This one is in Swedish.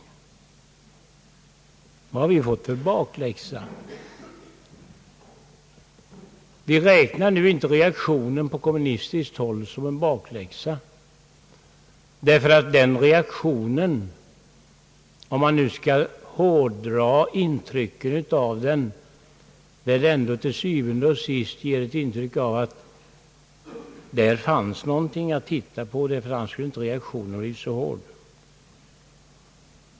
När jag frågar herr Werner vad vi har fått för bakläxa, så räknar vi inte reaktionen på kommunistiskt håll som en bakläxa, ty den reaktionen — om man nu skall hårdra intrycket av den — ger väl ändå til syvende og sidst ett intryck av att där fanns någonting att titta på. Annars skulle reaktionen inte ha blivit så häftig.